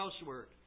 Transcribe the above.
housework